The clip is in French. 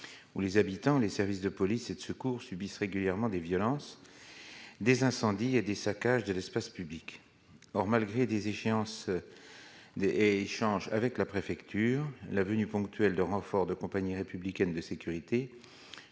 où les habitants, les services de police et de secours subissent régulièrement des violences, des incendies et des saccages de l'espace public, or malgré des échéances des échanges avec la préfecture, la venue ponctuel de renforts de compagnies républicaines de sécurité,